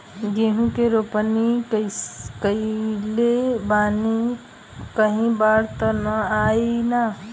गेहूं के रोपनी कईले बानी कहीं बाढ़ त ना आई ना?